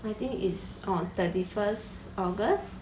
I think is on thirty first august